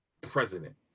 president